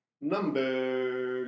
number